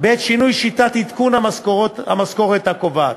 בעת שינוי שיטת עדכון המשכורת הקובעת: